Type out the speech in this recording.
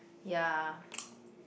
ya